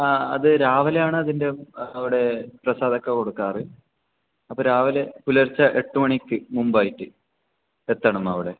ആ അത് രാവിലെയാണ് അതിൻ്റെ അവിടെ പ്രസാദം ഒക്കെ കൊടുക്കാറ് അപ്പം രാവിലെ പുലർച്ച എട്ടു മണിക്ക് മുമ്പ് ആയിട്ട് എത്തണം അവിടെ